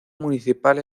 municipal